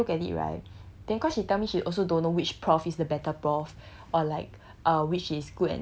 so the thing is I look at it right then cause she tell me she also don't know which prof is the better prof or like